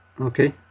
Okay